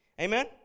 Amen